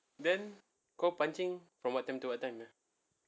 then kau pancing from what time to what time